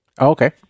Okay